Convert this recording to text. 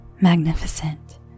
magnificent